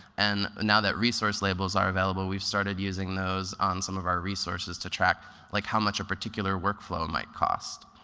and now that resource labels are available, we've started using those on some of our resources to track like how much a particular workflow might cost.